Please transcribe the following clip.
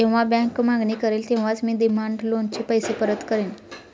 जेव्हा बँक मागणी करेल तेव्हाच मी डिमांड लोनचे पैसे परत करेन